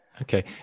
okay